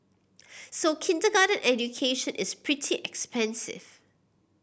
so kindergarten education is pretty expensive